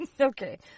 Okay